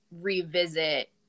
revisit